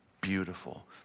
beautiful